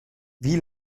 wie